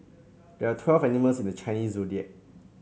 there are twelve animals in the Chinese Zodiac